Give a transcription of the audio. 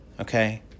Okay